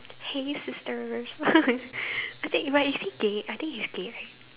hey sisters I think but is he gay I think he's gay right